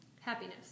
happiness